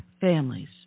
families